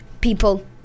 people